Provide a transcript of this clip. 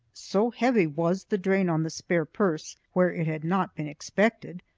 so heavy was the drain on the spare purse where it had not been expected,